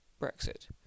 Brexit